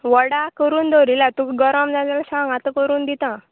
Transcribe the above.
वडा करून दवरिल्या तुका गरम जाय जाल्यार सांग आतां करून दिता